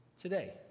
today